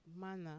manner